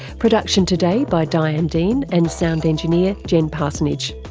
production today by diane dean and sound engineer jen parsonage.